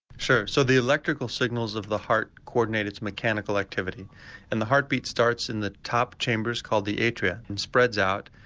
sure, so the electrical signals of the heart co-ordinate its mechanical activity and the heartbeat starts in the top chambers called the atria and spreads out.